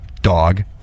dog